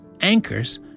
anchors